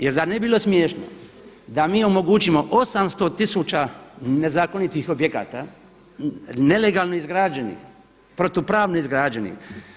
Jer zar ne bi bilo smiješno da mi omogućimo 800 tisuća nezakonitih objekata nelegalno izgrađenih, protupravno izgrađenih.